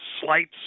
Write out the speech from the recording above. slight